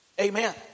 amen